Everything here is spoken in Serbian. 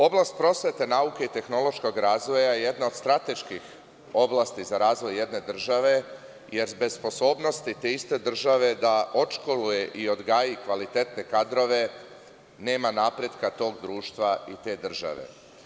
Oblast prosvete, nauke i tehnološkog razvoja jedna je od strateških oblasti za razvoj jedne države, jer bez sposobnosti te iste države da odškoluje i odgaji kvalitetne kadrove, nema napretka tog društva i te države.